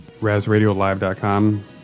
RazRadioLive.com